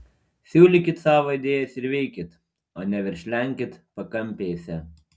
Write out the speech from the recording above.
siūlykit savo idėjas ir veikit o ne verkšlenkit pakampėse